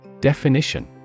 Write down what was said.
Definition